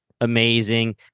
amazing